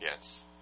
Yes